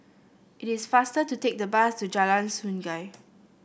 it is faster to take the bus to Jalan Sungei